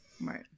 Right